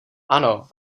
ano